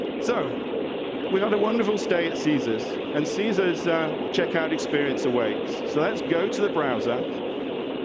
so we had a wonderful stay at caesars, and caesar's checkout experience awaits. so let's go to the browser